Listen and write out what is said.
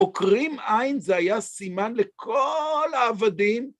עוקרים עין זה היה סימן לכל העבדים.